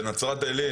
כמו למשל בנוף הגליל,